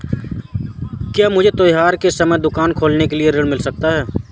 क्या मुझे त्योहार के समय दुकान खोलने के लिए ऋण मिल सकता है?